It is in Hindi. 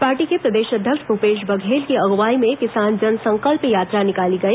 पार्टी के प्रदेश अध्यक्ष भूपेश बघेल की अग्रवाई में किसान जन संकल्प यात्रा निकाली गई